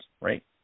right